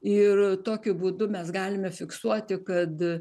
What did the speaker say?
ir tokiu būdu mes galime fiksuoti kad